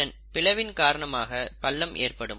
இந்த பிளவின் காரணமாக பள்ளம் ஏற்படும்